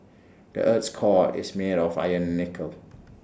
the Earth's core is made of iron and nickel